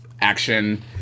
action